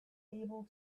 able